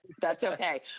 that's okay.